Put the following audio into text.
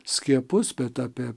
skiepus bet apie